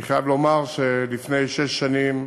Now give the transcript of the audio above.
אני חייב לומר שלפני שש שנים,